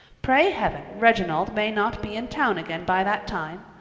pray heaven, reginald may not be in town again by that time!